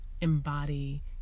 embody